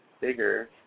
bigger